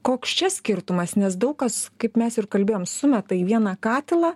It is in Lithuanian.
koks čia skirtumas nes daug kas kaip mes ir kalbėjom sumeta į vieną katilą